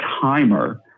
timer